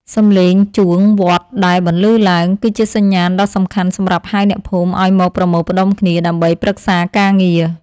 សំឡេងជួងវត្តដែលបន្លឺឡើង គឺជាសញ្ញាណដ៏សំខាន់សម្រាប់ហៅអ្នកភូមិឱ្យមកប្រមូលផ្ដុំគ្នាដើម្បីប្រឹក្សាការងារ។